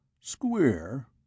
Square